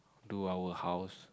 do our house